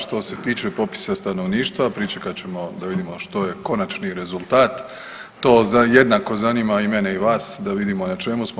Što se tiče popisa stanovništva, pričekat ćemo da vidimo što je konačni rezultat, to jednako zanima i mene i vas da vidimo na čemu smo.